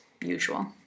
usual